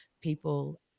people